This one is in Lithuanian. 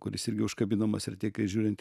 kuris irgi užkabinamas ir tiek žiūrint